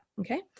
Okay